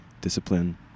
discipline